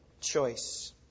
choice